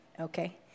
okay